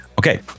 Okay